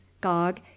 Gog